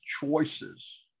choices